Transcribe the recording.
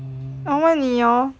我问你 hor